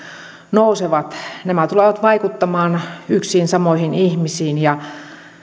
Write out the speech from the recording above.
nousevat tulee vaikuttamaan yksiin samoihin ihmisiin